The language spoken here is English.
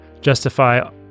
justify